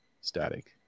static